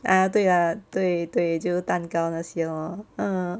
ah 对 lah 对就是蛋糕那些 lor